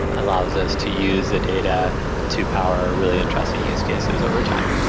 allows us to use a data to power really interesting use cases over time.